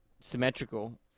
symmetrical